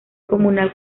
comunal